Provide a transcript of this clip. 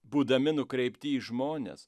būdami nukreipti į žmones